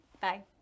bye